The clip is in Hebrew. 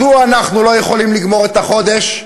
מדוע אנחנו לא יכולים לגמור את החודש?